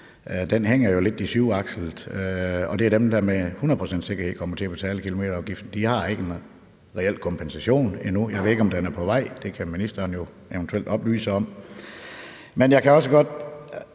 Det hænger lidt for de 7-akslede, og det er dem, der med hundrede procent sikkerhed kommer til at betale kilometerafgiften. De har ikke fået en reel kompensation endnu. Jeg ved ikke, om den er på vej. Det kan ministeren jo eventuelt oplyse om. Men jeg kunne godt